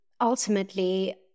ultimately